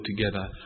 together